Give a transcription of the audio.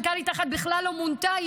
ומנכ"לית אחת בכלל לא מונתה,